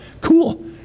Cool